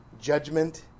judgment